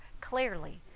clearly